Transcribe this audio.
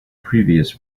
previous